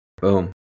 Boom